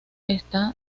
está